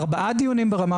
את מוצאת את הנציג של רט"ג?